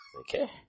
Okay